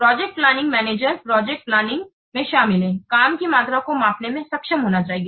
project planning project planning में शामिल काम की मात्रा को मापने में सक्षम होना चाहिए